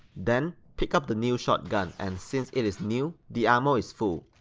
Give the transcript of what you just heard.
then, pick up the new shotgun and since it is new, the ammo is full.